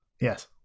Yes